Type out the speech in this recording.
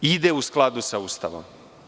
Ide u skladu sa Ustavom.